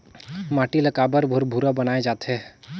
माटी ला काबर भुरभुरा बनाय जाथे?